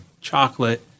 chocolate